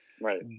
Right